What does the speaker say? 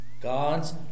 God's